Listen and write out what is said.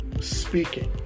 speaking